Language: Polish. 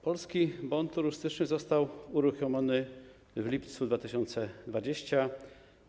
Polski Bon Turystyczny został uruchomiony w lipcu 2020 r.